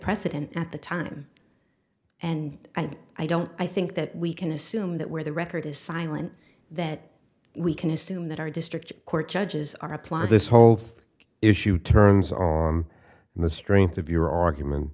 precedent at the time and i don't i think that we can assume that where the record is silent that we can assume that our district court judges are apply this health issue turns on the strength of your argument